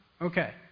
Okay